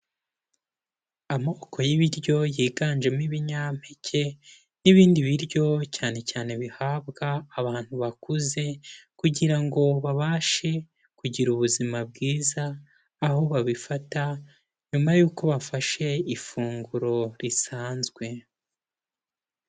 Amoko y'ibiryo yiganjemo ibinyampeke n'ibindi biryo, cyane cyane bihabwa abantu bakuze kugira ngo babashe kugira ubuzima bwiza, aho babifata nyuma y'uko bafashe ifunguro risanzwe.